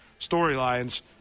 storylines